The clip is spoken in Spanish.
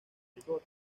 rigor